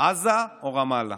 עזה או רמאללה.